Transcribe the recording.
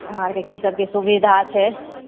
अहाँ आरके की सबके सुविधा छै